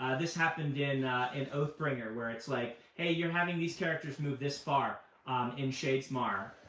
this happened in in oathbringer, where it's like, hey, you're having these characters move this far in shadesmar.